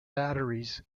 batteries